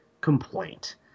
complaint